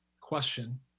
Question